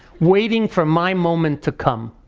waiting for my moment to come,